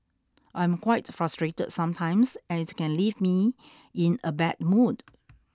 I'm quite frustrated sometimes and it can leave me in a bad mood